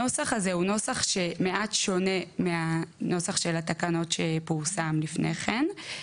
הנוסח הזה הוא נוסח שהוא מעט שונה מהנוסח של התקנות שפורסם לפני כן.